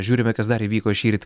žiūrime kas dar įvyko šįryt